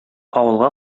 авылга